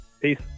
Peace